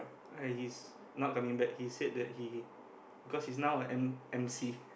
uh he's not coming back he said that he cause he's now on em~ emcee